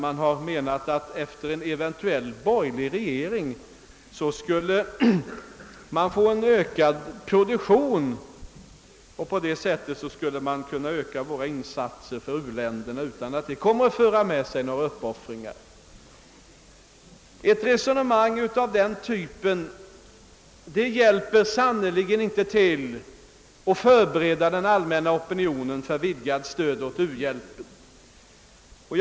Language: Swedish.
Man har menat att efter det att vi fått en borgerlig regering kommer produktionen att öka, och då kan vi öka våra insatser till u-länderna utan att behöva göra några uppoffringar. Ett sådant resonemang hjälper sannerligen inte till att förbereda allmänna opinionen för ett ökat u-landsstöd.